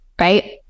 right